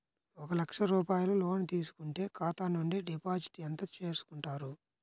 ఒక లక్ష రూపాయలు లోన్ తీసుకుంటే ఖాతా నుండి డిపాజిట్ ఎంత చేసుకుంటారు?